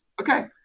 Okay